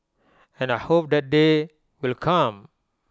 and I hope that day will come